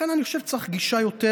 לכן אני חושב שצריך גישה יותר,